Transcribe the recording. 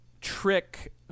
trick